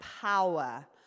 power